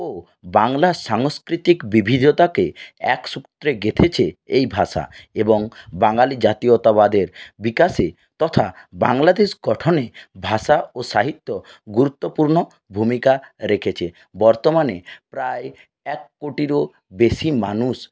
বাংলার সাংস্কৃতিক বিভাজ্যতাকে একসূত্রে গেঁথেছে এই ভাষা এবং বাঙালি জাতিয়তাবাদের বিকাশে তথা বাংলাদেশ গঠনে ভাষা ও সাহিত্য গুরুত্বপূর্ণ ভূমিকা রেখেছে বর্তমানে প্রায় এক কোটিরও বেশি মানুষ